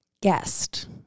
Guest